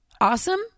Awesome